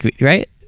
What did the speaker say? Right